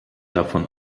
davon